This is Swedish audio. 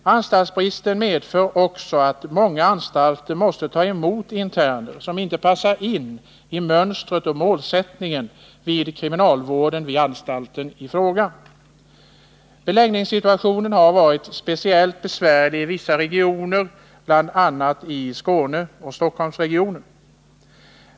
Anstaltsbristen medför också att många anstalter måste ta emot interner som inte passar in i mönstret och målsättningen hos kriminalvården vid anstalten i fråga. Beläggningssituationen har varit speciellt besvärlig i vissa regioner, bl.a. i Skåne och i Stockholmsregionen.